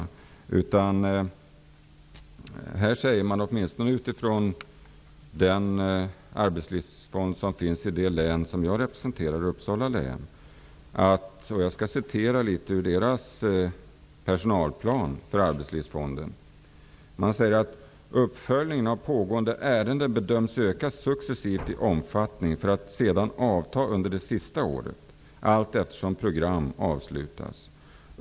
Man säger åtminstone från den arbetslivsfond som finns i det län som jag representerar, Uppsala län, i sin personalplan bl.a. ''* Uppföljningen av pågående ärenden bedöms öka successivt i omfattning för att sedan avta under det sista året, allteftersom program avslutas.